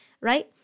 right